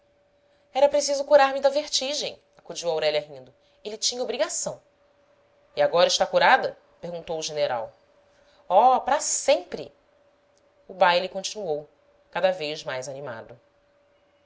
era preciso curar-me da vertigem acudiu aurélia rindo ele tinha obrigação e agora está curada perguntou o general oh para sempre o baile continuou cada vez mais animado